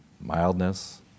mildness